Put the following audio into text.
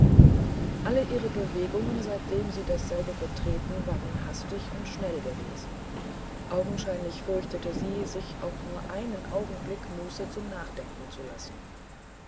alle ihre bewegungen seitdem sie dasselbe betreten waren hastig und schnell gewesen augenscheinlich fürchtete sie sich auch nur einen augenblick muße zum nachdenkenzulassen